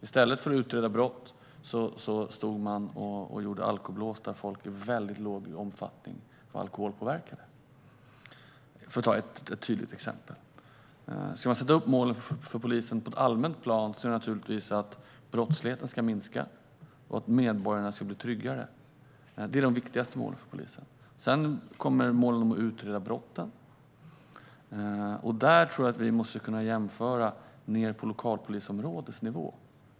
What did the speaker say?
I stället för att utreda brott stod man och gjorde alkoblås där folk i väldigt liten omfattning var alkoholpåverkade, för att ta ett tydligt exempel. Målen för polisen ska på ett allmänt plan naturligtvis vara att brottsligheten ska minska och att medborgarna ska bli tryggare. Det är de viktigaste målen för polisen. Sedan kommer målen om att utreda brotten. Där tror jag att vi måste kunna jämföra ned på lokalpolisområdesnivå.